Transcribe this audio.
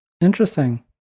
interesting